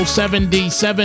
77